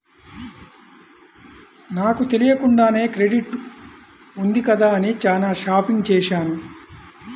నాకు తెలియకుండానే క్రెడిట్ ఉంది కదా అని చానా షాపింగ్ చేశాను